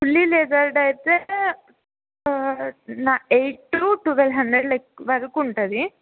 fully leathered అయితే నా eight to twelve hundred like వరకు ఉంటుంది